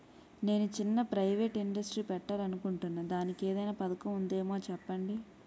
నేను చిన్న private industry పెట్టాలి అనుకుంటున్నా దానికి ఏదైనా పథకం ఉందేమో చెప్పండి?